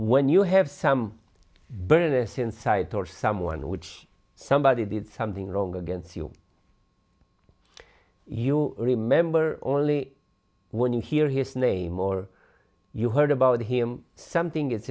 when you have some bonus insight or someone in which somebody did something wrong against you you remember only when you hear his name or you heard about him something